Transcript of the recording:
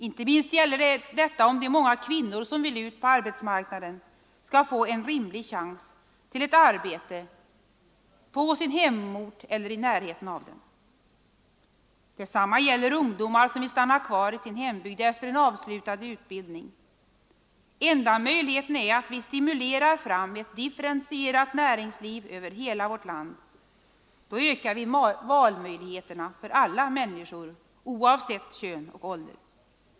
Inte minst gäller detta om de många kvinnor som vill ut på arbetsmarknaden skall få en rimlig chans till ett arbete på sin hemort eller i närheten av den. Detsamma gäller ungdomar som vill stanna kvar i sin hembygd efter en avslutad utbildning. Enda möjligheten är att vi stimulerar fram ett differentierat näringsliv över hela vårt land. Då ökar vi valmöjligheterna för alla människor oavsett kön och ålder.